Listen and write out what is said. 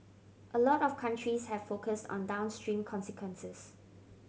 a lot of countries have focused on downstream consequences